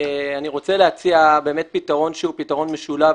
אני רוצה להציע באמת פתרון שהוא פתרון משולב,